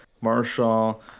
Marshall